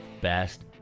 best